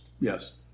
Yes